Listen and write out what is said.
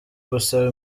gusaba